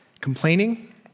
complaining